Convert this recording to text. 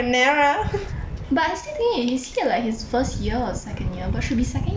but I still think i~ is he like at his first year or second year but should be second year ah if I'm not wrong